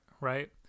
right